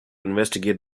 investigate